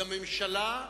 לממשלה,